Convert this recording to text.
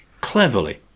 Cleverly